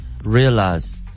realize